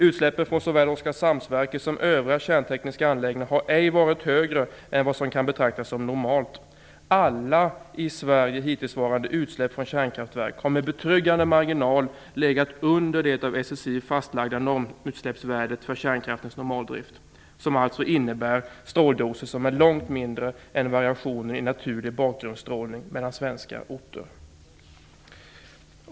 Utsläppen från såväl Oskarshamnsverket som övriga kärntekniska anläggningar har ej varit högre än vad som kan betraktas som normalt. Alla i Sverige hittillsvarande utsläpp från kärnkraftverk har med betryggande marginal legat under det av SSI fastlagda normutsläppsvärdet för kärnkraftens normaldrift. Det innebär alltså stråldoser som är långt mindre än variationen i naturlig bakgrundsstrålning mellan svenska orter.